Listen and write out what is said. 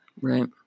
Right